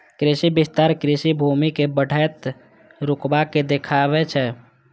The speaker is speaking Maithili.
कृषि विस्तार कृषि भूमि के बढ़ैत रकबा के देखाबै छै